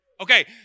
Okay